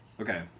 Okay